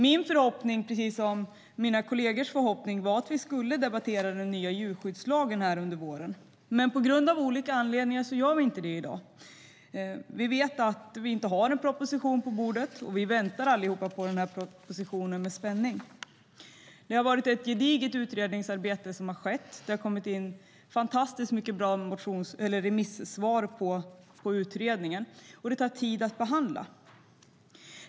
Det var min och mina kollegers förhoppning att vi skulle debattera den nya djurskyddslagen under våren, men av olika anledningar gör vi inte det i dag. Vi har ingen proposition på bordet, och vi väntar alla på den med spänning. Det har skett ett gediget utredningsarbete. Det har kommit in fantastiskt många bra remissvar på utredningen, och det tar tid att behandla dem.